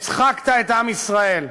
הצחקת את עם ישראל.